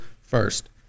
first